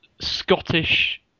Scottish